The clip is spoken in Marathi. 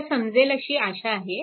तुम्हाला समजेल अशी आशा आहे